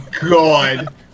god